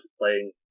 playing